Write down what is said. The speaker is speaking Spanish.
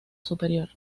superior